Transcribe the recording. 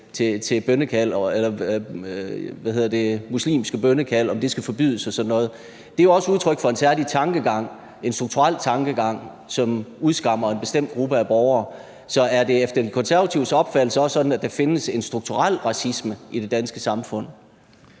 vi skal diskutere, om muslimske bønnekald skal forbydes og sådan noget, for det er jo også udtryk for en særlig tankegang – en strukturel tankegang, som udskammer en bestemt gruppe af borgere. Så er det efter De Konservatives opfattelse også sådan, at der findes en strukturel racisme i det danske samfund?